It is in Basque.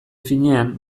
finean